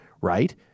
right